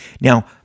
Now